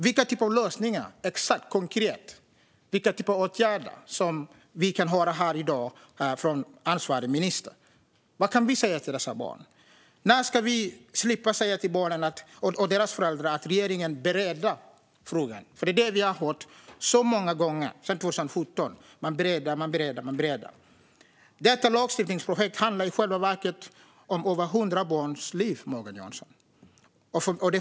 Vilka konkreta åtgärder kan vi höra om från ansvarig minister i dag? Vad kan vi säga till dessa barn? När ska vi slippa säga till dessa barn och deras föräldrar att regeringen bereder frågan? Det har vi ju hört många gånger sedan 2017. Detta lagstiftningsprojekt handlar i själva verket om över hundra barns liv.